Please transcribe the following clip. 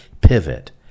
pivot